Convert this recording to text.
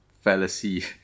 fallacy